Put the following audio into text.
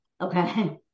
okay